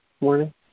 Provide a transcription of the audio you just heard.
morning